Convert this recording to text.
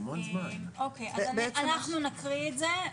אנחנו נקריא את זה.